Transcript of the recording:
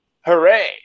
Hooray